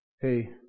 hey